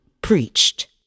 preached